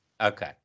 Okay